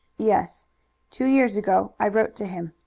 yes two years ago i wrote to him.